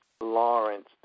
Lawrence